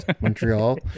Montreal